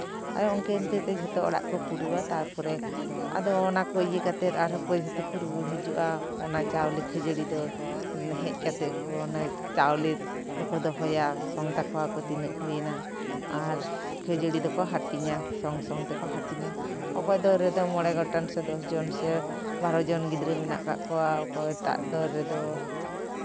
ᱟᱨᱚ ᱤᱱᱠᱟᱹ ᱤᱱᱠᱟᱹ ᱛᱮ ᱡᱷᱚᱛᱚ ᱚᱲᱟᱜ ᱠᱚ ᱯᱩᱨᱟᱹᱣᱟ ᱛᱟᱨᱯᱚᱨᱮ ᱟᱫᱚ ᱚᱱᱟ ᱠᱚ ᱤᱭᱟᱹ ᱠᱟᱛᱮᱫ ᱟᱨᱚ ᱠᱚ ᱡᱷᱚᱛᱚ ᱠᱚ ᱟᱨᱚ ᱡᱷᱚᱛᱚ ᱠᱚ ᱨᱩᱣᱟᱹᱲ ᱦᱤᱡᱩᱜᱼᱟ ᱚᱱᱟ ᱪᱟᱣᱞᱮ ᱠᱷᱟᱹᱡᱟᱹᱲᱤ ᱫᱚ ᱦᱮᱡ ᱠᱟᱛᱮᱫ ᱠᱚ ᱚᱱᱟ ᱪᱟᱣᱞᱮ ᱫᱚᱠᱚ ᱫᱚᱦᱚᱭᱟ ᱥᱚᱝ ᱛᱟᱠᱚᱣᱟᱠᱚ ᱛᱤᱱᱟᱹᱜ ᱦᱩᱭᱱᱟ ᱟᱨ ᱠᱷᱟᱹᱡᱟᱹᱲᱤ ᱫᱚᱠᱚ ᱦᱟᱹᱴᱤᱧᱟ ᱥᱚᱝᱼᱥᱚᱝ ᱛᱮᱠᱚ ᱦᱟᱹᱴᱤᱧᱟ ᱚᱠᱚᱭ ᱠᱚ ᱨᱮᱫᱚ ᱢᱚᱬᱮ ᱜᱚᱴᱟᱱ ᱫᱚᱥ ᱡᱚᱱ ᱥᱮ ᱵᱟᱨᱚ ᱡᱚᱱ ᱜᱤᱫᱽᱨᱟᱹ ᱢᱮᱱᱟᱜ ᱠᱟᱜ ᱠᱚᱣᱟ ᱚᱠᱚᱭᱴᱟᱜ ᱨᱮᱫᱚ